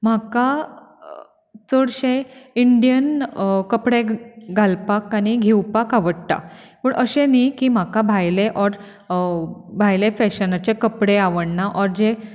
म्हाका चडशे इंडियन कपडे घालपाक आनी घेवपाक आवडटा पूण अशें न्ही की म्हाका भायले ओर भायले फॅशनाचे कपडे आवडना ओर